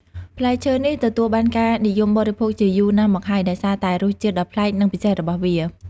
ផ្លែឈើនេះទទួលបានការនិយមបរិភោគជាយូរណាស់មកហើយ ដោយសារតែរសជាតិដ៏ប្លែក និងពិសេសរបស់វា។